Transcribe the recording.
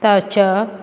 ताच्या